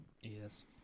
Yes